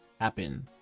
happen